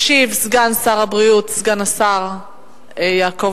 הצעות לסדר-היום שמספרן 4748,